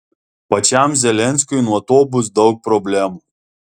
pačiam zelenskiui nuo to bus daug problemų